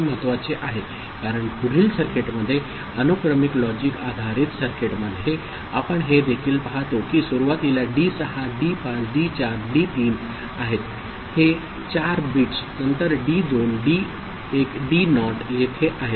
हे महत्वाचे आहे कारण पुढील सर्किटमध्ये अनुक्रमिक लॉजिक आधारित सर्किटमध्ये आपण हे देखील पाहतो की सुरुवातीला डी 6 डी 5 डी 4 डी 3 आहेत हे 4 बिट्स नंतर डी 2 डी 1 डी नॉट तेथे आहेत